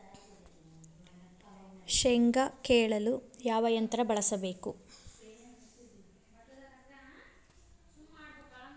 ಶೇಂಗಾ ಕೇಳಲು ಯಾವ ಯಂತ್ರ ಬಳಸಬೇಕು?